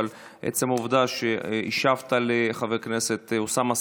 אבל עצם העובדה שהשבת לחבר הכנסת אוסאמה